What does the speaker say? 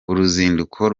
uruzinduko